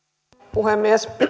puhemies